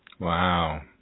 Wow